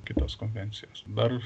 kitas konvencijas dar